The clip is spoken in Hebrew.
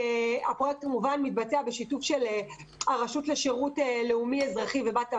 הפרויקט מתבצע בשיתוף של הרשות לשירות לאומי אזרחי בבת עמי.